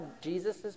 Jesus